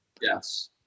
Yes